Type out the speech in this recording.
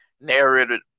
narrated